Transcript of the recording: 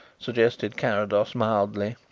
suggested carrados mildly.